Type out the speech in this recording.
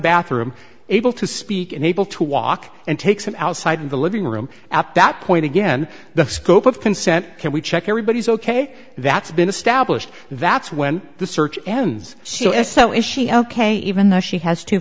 bathroom able to speak and able to walk and takes him outside in the living room at that point again the scope of consent can we check everybody's ok that's been established that's when the search ends so if so is she ok even though she has t